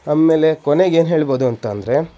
ಆಮೇಲೆ ಕೊನೆಗೇನು ಹೇಳ್ಬೋದು ಅಂತ ಅಂದರೆ